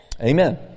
Amen